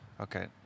Okay